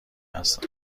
هستم